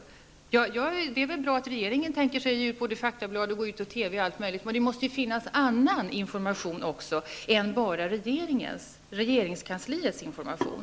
Det är i och för sig bra att regeringen tänker sig att gå ut i TV, utge faktablad och allt möjligt, men det måste också finnas annan information än bara regeringskansliets information.